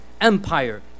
empire